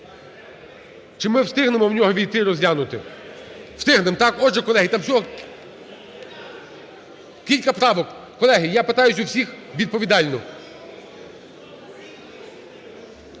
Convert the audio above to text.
Чи ми встигнемо в нього ввійти і розглянути? Встигнемо, так? Отже, колеги, там всього кілька правок. Колеги, я питаю у всіх відповідально.